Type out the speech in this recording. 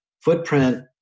footprint